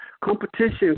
competition